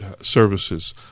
services